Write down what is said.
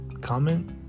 Comment